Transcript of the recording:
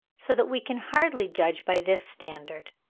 so that we can hardly judge by this standard.